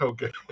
Okay